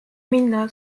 minna